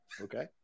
Okay